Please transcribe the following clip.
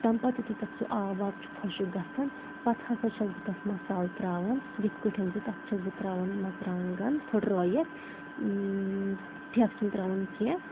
تَمہِ پتہٕ یُتھٕے تَتھ سُہ آب واب چھُ خۄشِک گژھان پتہٕ ہسا چھَس بہٕ تَتھ مصالہٕ ترٛاوان یِتھ کٔٹھٮ۪ن زِ تَتھ چھَس بہٕ ترٛاوان مرژٕوانٛگَن پھٔٹرٲوِتھ پھٮ۪کھ چھِنہٕ تراوان کیٚنہہ